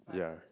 yeah